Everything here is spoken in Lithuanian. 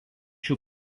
šių